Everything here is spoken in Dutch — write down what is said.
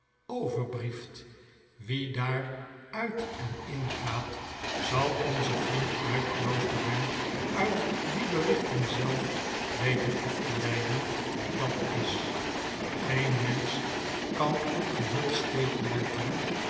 overbrieft wie daar uit en ingaat zal onze vriend uit kloosterham uit die berichten zelf weten af te leiden wie dat is geen mensch kan op geheel staple letten